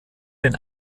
den